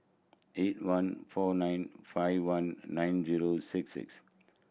eight one four nine five one nine zero six six